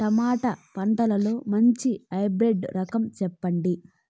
Tomato పంటలో మంచి hybrid రకం చెప్పండి?